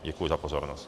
Děkuji za pozornost.